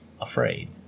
afraid